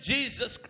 Jesus